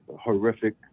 horrific